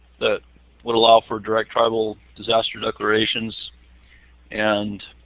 that would allow for direct tribal disaster declarations and